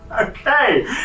Okay